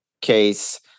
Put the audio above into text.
case